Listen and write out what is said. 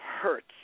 hurts